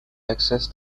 access